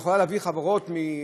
והיא יכולה להביא לכך שגם חברות מהארץ